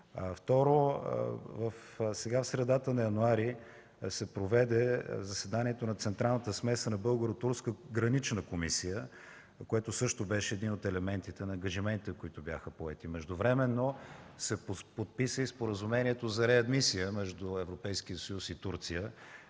Второ, в средата на януари се проведе заседанието на Централната смесена българо-турска гранична комисия, което също беше един от елементите на ангажиментите, които бяха поети. Междувременно се подписа и Споразумението за реадмисия между Европейския